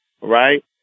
right